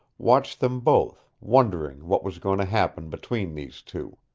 watched them both, wondering what was going to happen between these two.